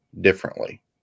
differently